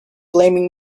blaming